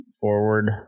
forward